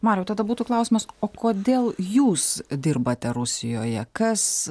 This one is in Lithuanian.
mariau tada būtų klausimas o kodėl jūs dirbate rusijoje kas